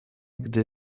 gdy